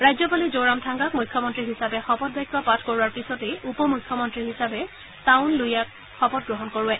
ৰাজ্যপালে জোৰামথাংগাক মুখ্যমন্ত্ৰী হিচাপে শপতবাক্য পাঠ কৰোৱাৰ পিছতে উপ মুখ্যমন্ত্ৰী হিচাপে টাউনলুইয়াক শপত গ্ৰহণ কৰোৱায়